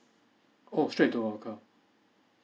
oh straight to our account